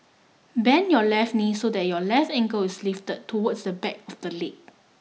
bend your left knee so that your left ankle is lifted towards the back of the leg